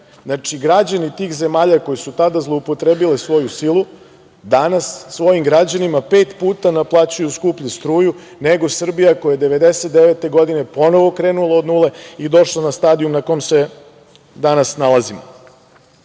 Znači, građani tih zemalja koje su tada zloupotrebile svoju silu, danas svojim građanima pet puta naplaćuju skuplju struju nego Srbija koja je 1999. godine ponovo krenula od nule i došla na stadijum na kom se danas nalazimo. Prvi